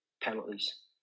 penalties